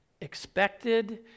expected